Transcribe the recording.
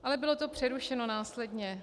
Ale bylo to přerušeno následně.